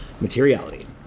Materiality